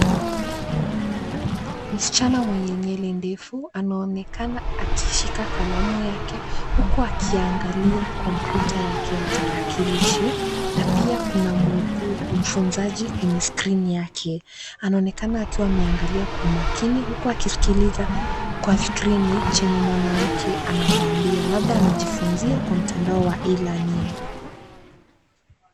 Msichana mwenye nywele ndefu anaonekana akishika kalamu Yake hauku akiangalia kompyuta Yake ya tarakilishi na pia kuna mkufunzaji kwenye skrini yake anaonekana akiwa ameangalia kwa umakini huku akiskiliza kwa skrini chenye mwanamke anamwambia labda anajifunzi kwa mtandao wa e-learning .